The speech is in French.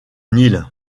nil